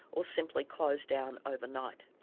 or simply closed down overnight.